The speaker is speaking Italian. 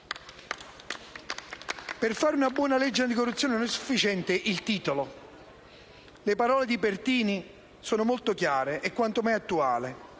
Per fare una buona legge anticorruzione non è sufficiente il titolo. Le parole di Pertini sono molto chiare e quanto mai attuali;